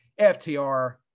FTR